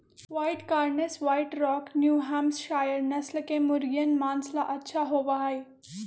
white Cornish, White Rock, New Hampshire नस्ल के मुर्गियन माँस ला अच्छा होबा हई